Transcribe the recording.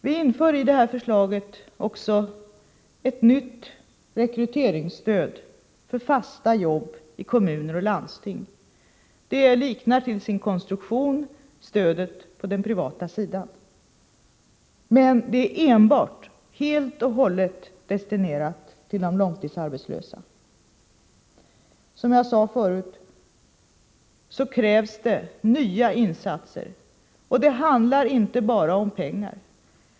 Vi föreslår också ett nytt rekryteringsstöd för fasta jobb i kommuner och landsting. Det liknar till sin konstruktion stödet på den privata sidan. Det är helt och hållet destinerat till de långtidsarbetslösa. Som jag sade förut krävs det nya insatser, och det handlar inte bara om pengar.